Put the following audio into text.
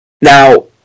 Now